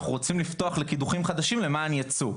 אנחנו רוצים לפתוח לקידוחים חדשים למען ייצוא,